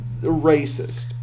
racist